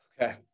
Okay